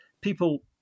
people